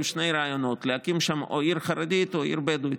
היו שני רעיונות: להקים שם עיר חרדית או עיר בדואית.